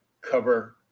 cover